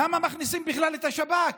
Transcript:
למה מכניסים בכלל את השב"כ?